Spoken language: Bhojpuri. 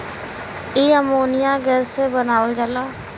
इ अमोनिया गैस से बनावल जाला